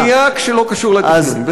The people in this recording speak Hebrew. נושא הבנייה, שלא קשור לתכנון.